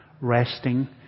resting